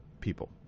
people